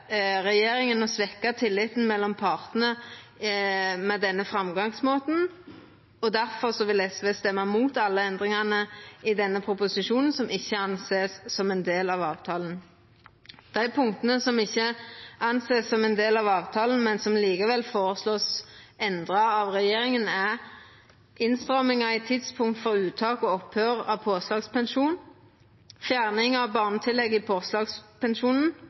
regjeringa å svekkja tilliten mellom partane med denne framgangsmåten, og difor vil SV stemma imot alle endringane i denne proposisjonen som ikkje vert sett på som ein del av avtalen. Dei punkta som ikkje vert sett på som ein del av avtalen, men som likevel vert føreslått endra av regjeringa, er innstrammingar i tidspunkt for uttak og opphøyr av påslagspensjon, fjerning av barnetillegget i påslagspensjonen,